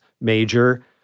major